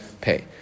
pay